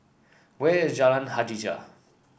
where is Jalan Hajijah